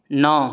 नओ